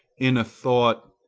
in a thought,